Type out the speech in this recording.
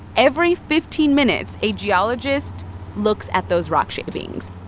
every fifteen minutes, a geologist looks at those rock shavings.